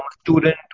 student